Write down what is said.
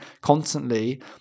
constantly